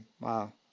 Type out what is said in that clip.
Wow